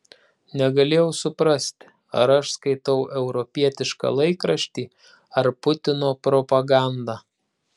negalėjau suprasti ar aš skaitau europietišką laikraštį ar putino propagandą